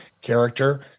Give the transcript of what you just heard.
character